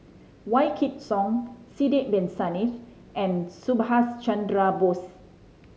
Wykidd Song Sidek Bin Saniff and Subhas Chandra Bose